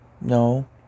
No